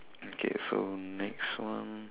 okay so next one